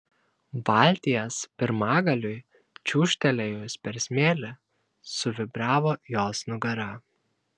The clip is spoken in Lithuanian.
valties pirmagaliui čiūžtelėjus per smėlį suvibravo jos nugara